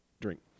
drink